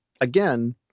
again